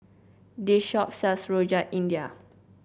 this shop sells Rojak India